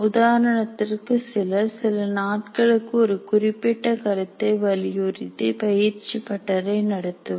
உதாரணத்திற்கு சிலர் சில நாட்களுக்கு ஒரு குறிப்பிட்ட கருத்தை வலியுறுத்தி பயிற்சிப் பட்டறை நடத்துவர்